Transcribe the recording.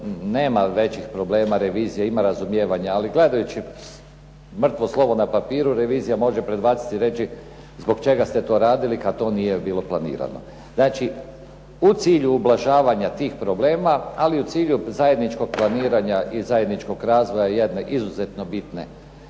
nema većih problema, revizija ima razumijevanja. Ali gledajući mrtvo slovo na papiru revizija može predbaciti i reći, zbog čega ste to radili kada to nije bilo planirano. Znači, u cilju ublažavanja tih problema, ali u cilju zajedničkog planiranja i zajedničkog razvoja jedne izuzetno bitne